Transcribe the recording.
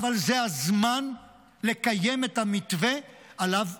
אבל זה הזמן לקיים את המתווה שעליו דיברנו.